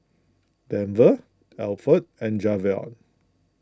Denver Alford and Javion